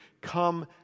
come